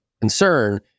concern